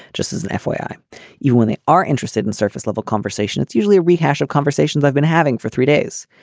just as an fbi you when they are interested in surface level conversation it's usually a rehash of conversations i've been having for three days.